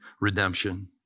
redemption